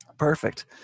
perfect